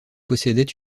possédait